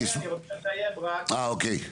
אני רוצה לסיים כך: